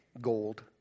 gold